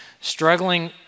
struggling